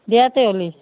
দিয়া তে হ'লে